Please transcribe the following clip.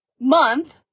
month